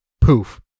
poof